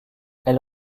elle